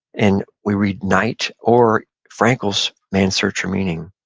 and we read night or frankl's man's search for meaning.